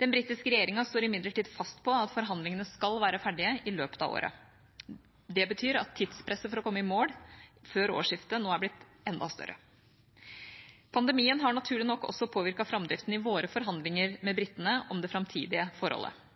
Den britiske regjeringa står imidlertid fast på at forhandlingene skal være ferdige i løpet av året. Det betyr at tidspresset for å komme i mål før årsskiftet nå er blitt enda større. Pandemien har naturlig nok også påvirket framdriften i våre forhandlinger med britene om det framtidige forholdet.